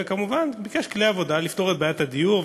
וכמובן ביקש כלי עבודה לפתור את בעיית הדיור,